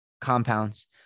compounds